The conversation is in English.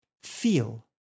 feel